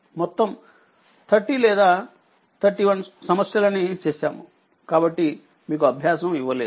కాబట్టి మీకు అభ్యాసం ఇవ్వలేదు